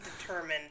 determined